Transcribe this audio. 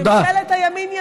תודה.